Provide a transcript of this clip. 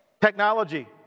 Technology